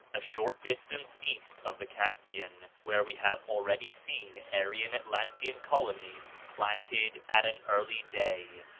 a short distance east of the caspian, where we have already seen aryan atlantean colonies planted at an early day.